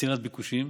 עצירת ביקושים,